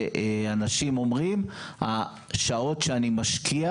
שאנשים אומרים: השעות שאני משקיע